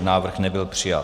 Návrh nebyl přijat.